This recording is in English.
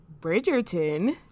Bridgerton